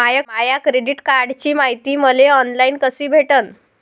माया credit कार्डची मायती मले ऑनलाईन कसी भेटन?